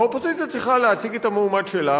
האופוזיציה צריכה להציג את המועמד שלה,